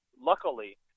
luckily